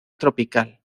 tropical